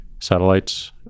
satellites